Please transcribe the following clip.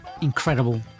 incredible